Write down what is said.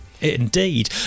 Indeed